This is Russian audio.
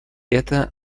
это